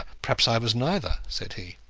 perhaps i was neither, said he.